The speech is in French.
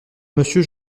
monsieur